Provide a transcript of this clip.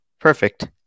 Perfect